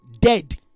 Dead